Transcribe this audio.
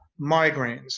migraines